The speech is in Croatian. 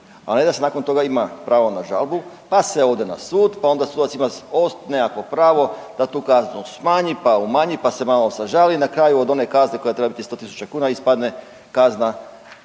a ne da se nakon toga ima pravo na žalbu pa se ode na sud, pa onda sudac ima nekakvo pravo da tu kaznu smanji, pa umanji, pa se malo sažali. Na kraju od one kazne koja treba biti 100 000 kuna ispadne kazne